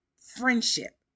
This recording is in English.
friendship